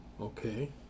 Okay